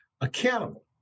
accountable